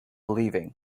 leaving